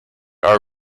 our